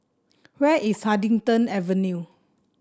where is Huddington Avenue